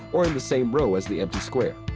or in the same row as the empty square.